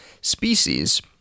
species